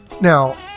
now